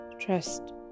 trust